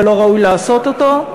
ולא ראוי לעשות אותו,